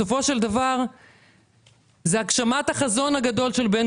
בסופו של דבר זה הגשמת החזון הגדול של בן